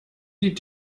die